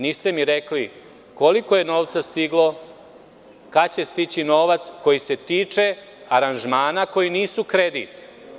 Niste mi rekli koliko je novca stiglo i kad će stići novac koji se tiče aranžmana koji nisu kredit.